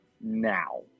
now